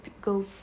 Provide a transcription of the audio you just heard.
go